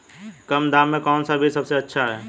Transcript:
कम दाम में कौन सा बीज सबसे अच्छा है?